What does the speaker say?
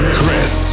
Chris